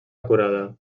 acurada